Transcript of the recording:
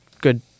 good